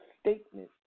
statement